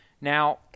now